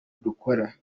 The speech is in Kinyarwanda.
dukora